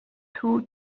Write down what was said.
two